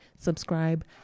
subscribe